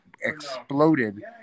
exploded